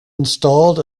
installed